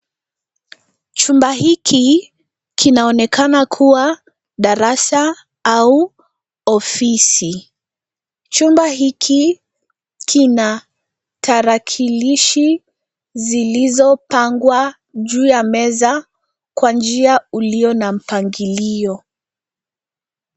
Chumba hiki kinaonekana kuwa darasa au ofisi. Chumba hiki kina tarakilishi zilizopangwa juu ya meza Kwa njia iliyo na mpangilio.